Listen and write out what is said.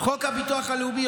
הוא אחראי על הביטוח הלאומי.